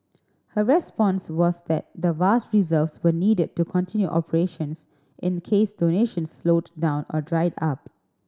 her response was that the vast reserves were needed to continue operations in case donations slowed down or dried up